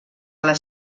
les